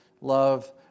love